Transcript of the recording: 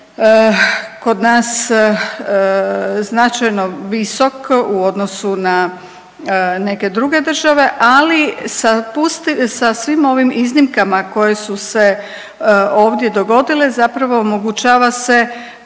kod nas značajno visok u odnosu na neke druge države, ali sa svim ovim iznimkama koje su se ovdje dogodile zapravo omogućava se